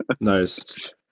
nice